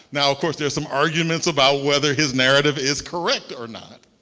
now of course there are some arguments about whether his narrative is correct or not.